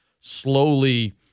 slowly